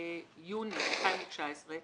בסיון התשע"ט